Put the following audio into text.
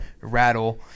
Rattle